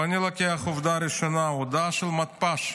ואני לוקח עובדה ראשונה: הודעה של מתפ"ש.